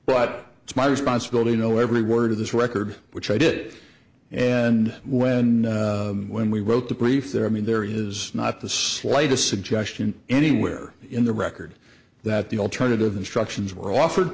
but it's my responsibility you know every word of this record which i did and when when we wrote the brief that i mean there is not the slightest suggestion anywhere in the record that the alternative instructions were